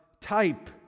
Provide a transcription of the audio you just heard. type